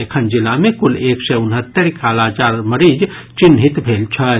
एखन जिला मे कुल एक सय उनहत्तरि कालाजार मरीज चिन्हित भेल छथि